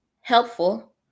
helpful